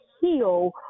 heal